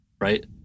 right